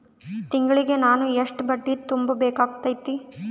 ತಿಂಗಳಿಗೆ ನಾನು ಎಷ್ಟ ಬಡ್ಡಿ ತುಂಬಾ ಬೇಕಾಗತೈತಿ?